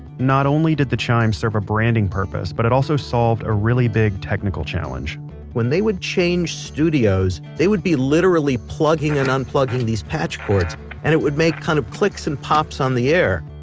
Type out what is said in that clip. not only did the chimes serve a branding purpose, but it also solved a really big technical challenge when they would change studios, they would be literally plugging and unplugging these patch cords and it would make kind of clicks and pops on the air.